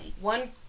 one